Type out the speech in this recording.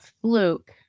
fluke